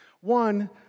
One